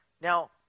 Now